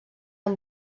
amb